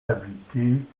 habitée